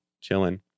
Chilling